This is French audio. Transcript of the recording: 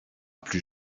plus